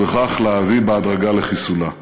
ובכך להביא בהדרגה לחיסולה.